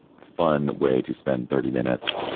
fun way to spend thirty minutes.